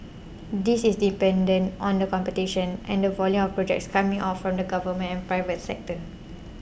this is dependent on the competition and the volume of projects coming out from the government and private sector